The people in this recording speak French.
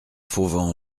fauvent